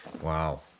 Wow